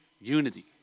unity